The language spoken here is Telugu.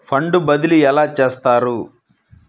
ఫండ్ బదిలీ ఎలా చేస్తారు?